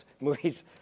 movies